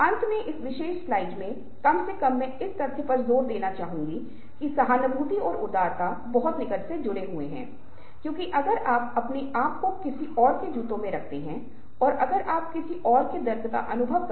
लेकिन शक्ति संबंध भी कुछ ऐसा है जो बातचीत के संदर्भ में बहुत महत्वपूर्ण भूमिका निभाता है क्योंकि बातचीत में आप किसी के साथ कैसे बात करने जा रहे हैं आप कैसे बातचीत करने जा रहे हैं यह शक्ति संबंध पर निर्भर करता है